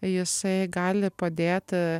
jisai gali padėti